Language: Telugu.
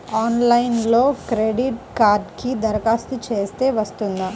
ఆన్లైన్లో క్రెడిట్ కార్డ్కి దరఖాస్తు చేస్తే వస్తుందా?